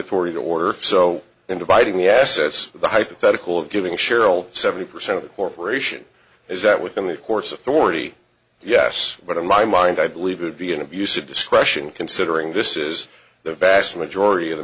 authority to order so in dividing the assets of the hypothetical of giving cheryl seventy percent of the corporation is that within the course of forty yes but in my mind i believe it would be an abuse of discretion considering this is the bass majority of the